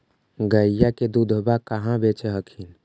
गईया के दूधबा कहा बेच हखिन?